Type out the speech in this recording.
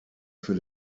für